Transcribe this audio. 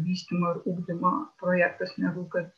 vystymo ir ugdymo projektas negu kad